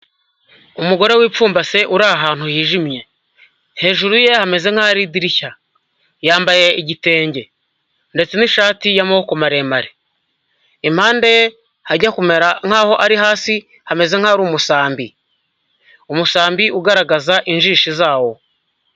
Umugore wipfumbase uri ahantu hijimye, hejuru ye hamezeze nk'ahari idirishya, yambaye igitenge ndetse n'ishati y'amaboko maremare, impande hajya kumera nk'aho ari hasi hameze nk'ahari umusambi, umusambi ugaragaza injishi zawo.